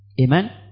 Amen